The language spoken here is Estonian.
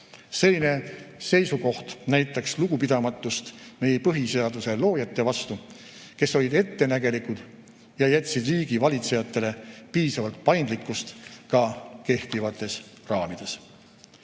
Selline seisukoht näitaks lugupidamatust meie põhiseaduse loojate vastu, kes olid ettenägelikud ja jätsid riigivalitsejatele piisavalt paindlikkust ka kehtivates raamides.